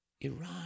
Iran